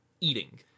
eating